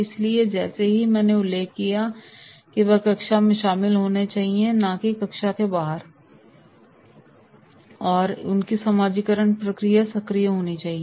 इसलिए जैसा कि मैंने उल्लेख किया है कि वे कक्षा में शामिल होने चाहिए न कि कक्षा के बाहर उनकी समाजीकरण प्रक्रिया सक्रिय होनी चाहिए